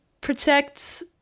protect